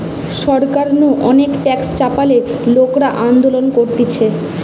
সরকার নু অনেক ট্যাক্স চাপালে লোকরা আন্দোলন করতিছে